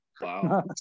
Wow